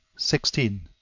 sixteen.